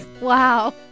Wow